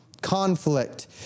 conflict